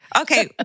Okay